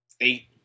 Eight